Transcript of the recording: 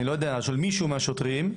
של מישהו מהשוטרים,